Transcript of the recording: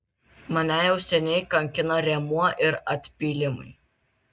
mane jau seniai kankina rėmuo ir atpylimai